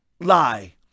lie